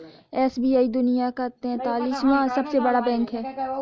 SBI दुनिया का तेंतालीसवां सबसे बड़ा बैंक है